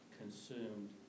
consumed